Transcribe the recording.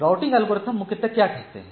routing algorithm मुख्यतः क्या करते हैं